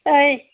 ऐ